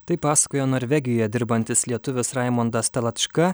taip pasakojo norvegijoje dirbantis lietuvis raimondas talačka